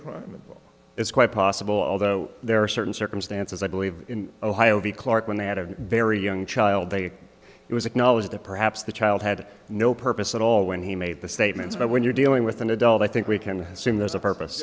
and it's quite possible although there are certain circumstances i believe in ohio v clark when they had a very young child they it was acknowledged that perhaps the child had no purpose at all when he made the statements but when you're dealing with an adult i think we can assume there's a purpose